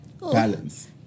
balance